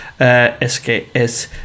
SKS